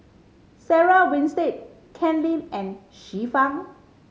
Sarah Winstedt Ken Lim and Xiu Fang